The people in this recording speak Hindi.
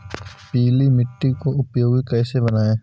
पीली मिट्टी को उपयोगी कैसे बनाएँ?